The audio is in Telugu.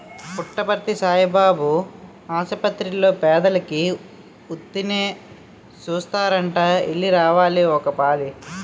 పుట్టపర్తి సాయిబాబు ఆసపత్తిర్లో పేదోలికి ఉత్తినే సూస్తారట ఎల్లి రావాలి ఒకపాలి